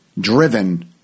Driven